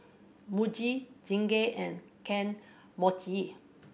Muji Chingay and Kane Mochi